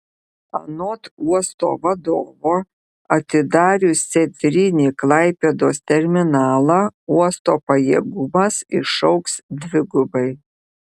anot uosto vadovo atidarius centrinį klaipėdos terminalą uosto pajėgumas išaugs dvigubai